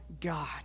God